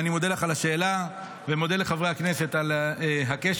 אני מודה לך על השאלה ומודה לחברי הכנסת על הקשב.